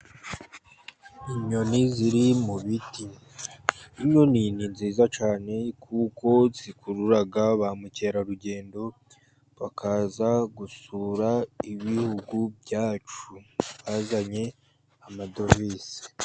Inyoni ziri mu biti. Inyoni ni nziza cyane kuko zikurura ba mukerarugendo, bakaza gusura ibihugu byacu, bazanye amadovize.